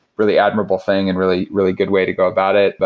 really admirable thing and really, really good way to go about it.